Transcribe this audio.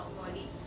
body